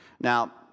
Now